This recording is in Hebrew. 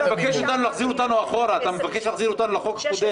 אתה מבקש להחזיר אותנו לחוק הקודם,